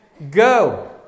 Go